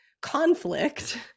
conflict